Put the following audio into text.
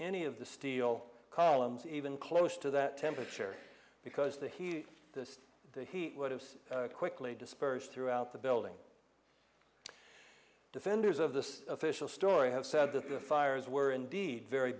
any of the steel columns even close to that temperature because the heat the the heat would have quickly dispersed throughout the building defenders of the official story have said that the fires were indeed very